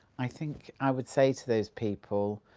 i think i would say to those people,